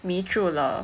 迷住了